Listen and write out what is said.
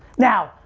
now,